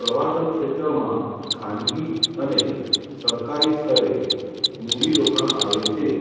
પ્રવાસન ક્ષેત્રમાં ખાનગી અને સરકારી સ્તરે મૂડી રોકાણ આવે છે